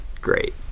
Great